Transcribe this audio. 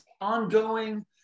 ongoing